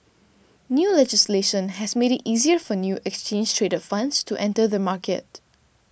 new legislation has made it easier for new exchange traded funds to enter the market